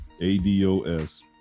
ADOS